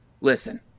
Listen